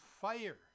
fire